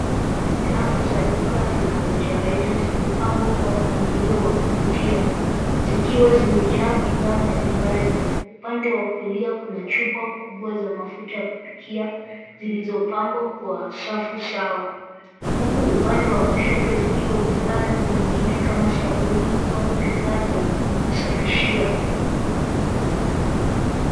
Rafu za duka la rejareja zimpang2aa kwa wa kuvutia zikiwa zimejaa bidhaa mbalimbali. Upande wa kulia Kuna chupa za kupikia zilizopangawa safu sawa huku upande wa kushoto zikiwa bidhaa nyingine kama sabuni au bidhaa za kusafishia.